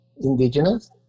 indigenous